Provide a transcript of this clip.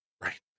Right